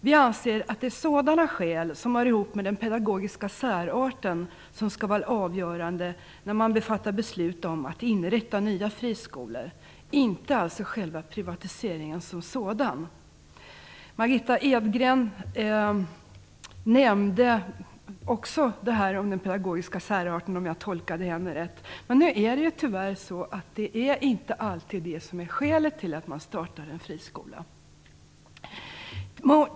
Vi anser att det är sådana skäl, dvs. de som hör ihop med den pedagogiska särarten, som skall vara avgörande när man fattar beslut om att inrätta nya friskolor, inte själva privatiseringen som sådan. Även Margitta Edgren nämnde den pedagogiska särarten, om jag tolkade henne rätt. Nu är det ju inte alltid det som är skälet till att man startar en friskola.